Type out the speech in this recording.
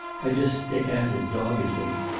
i just stick at it doggedly.